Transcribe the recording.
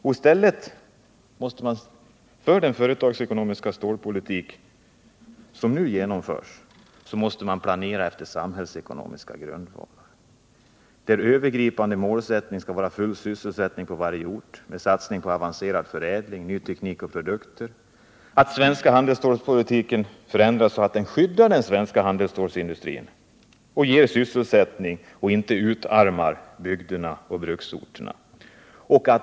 I stället för den företagsekonomiska stålpolitik som nu genomförs måste man planera på samhällsekonomiska grundvalar. Den övergripande målsättningen skall vara full sysselsättning på varje ort med satsningar på avancerad förädling, ny teknik och nya produkter. Den svenska handelsstålspolitiken måste förändras så att den skyddar vår handelsstålsindustri och ger sysselsättning i stället för att utarma bygderna och bruksorterna.